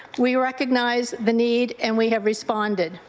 we recognize the need and we have responded.